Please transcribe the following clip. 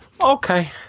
Okay